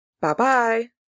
Bye-bye